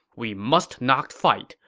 we must not fight,